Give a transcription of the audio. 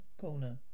corner